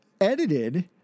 edited